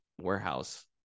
warehouse